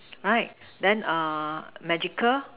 right then err magical